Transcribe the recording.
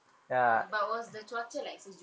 but was the cuaca like sejuk